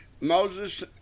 Moses